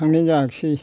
थांनाय जायाख्सै